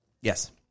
Yes